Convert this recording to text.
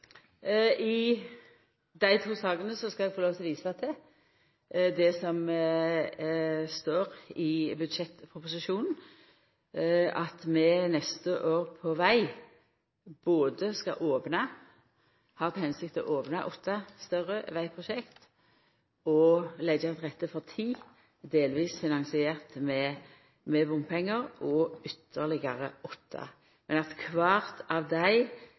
I dei to sakene skal eg få lov å visa til det som står i budsjettproposisjonen, at vi neste år både har til hensikt å opna åtte større vegprosjekt og å leggja til rette for ti, delvis finansierte med bompengar, og ytterlegare åtte. Men når kvart av dei